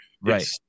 Right